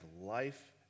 life